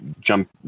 jump